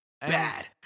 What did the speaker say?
Bad